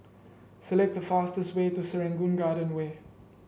select the fastest way to Serangoon Garden Way